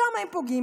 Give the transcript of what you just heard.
שם הם פוגעים.